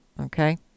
Okay